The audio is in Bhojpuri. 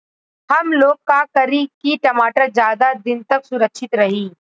हमलोग का करी की टमाटर ज्यादा दिन तक सुरक्षित रही?